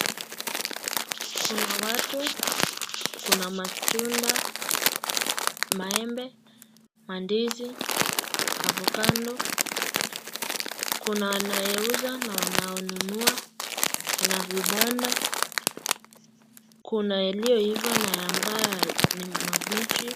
Kuna watu . Kuna matunda, maembe, mandizi, avocado. Kuna anayeuza na wanao nunua. Kuna vibanda ,kuna yaliyoiva na ambayo ni mabichi.